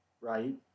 right